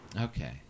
Okay